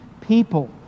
people